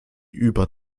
über